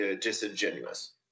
disingenuous